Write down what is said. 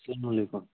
سلامُ علیکُم